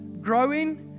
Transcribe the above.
growing